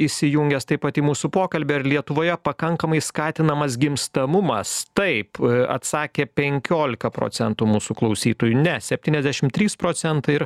įsijungęs tai pat į mūsų pokalbį ar lietuvoje pakankamai skatinamas gimstamumas taip atsakė penkiolika procentų mūsų klausytojų ne septyniasdešim trys procentai ir